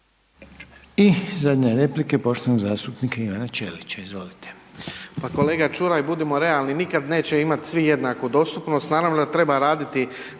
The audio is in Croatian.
I zadnja replika je poštovanog zastupnika Ivana Ćelića, izvolite. **Ćelić, Ivan (HDZ)** Kolega Čuraj, budimo realni, nikad neće imat svi jednaku dostupnost, naravno da treba raditi